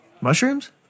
Mushrooms